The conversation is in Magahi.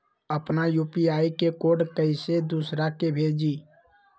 अपना यू.पी.आई के कोड कईसे दूसरा के भेजी?